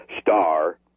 star